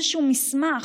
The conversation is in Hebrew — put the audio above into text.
איזשהו מסמך,